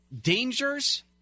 Dangers